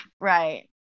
Right